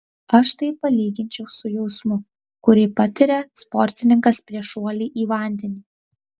aš tai palyginčiau su jausmu kurį patiria sportininkas prieš šuolį į vandenį